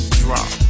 drop